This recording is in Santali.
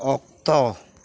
ᱚᱠᱛᱚ